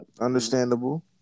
Understandable